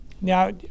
Now